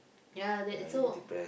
ya that so